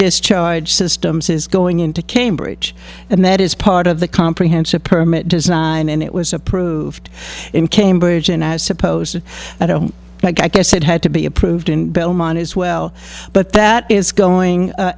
discharge systems is going into cambridge and that is part of the comprehensive permit design and it was approved in cambridge and as supposed to like i guess it had to be approved in belmont as well but that is going